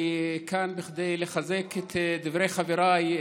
אני כאן כדי לחזק את דברי חבריי,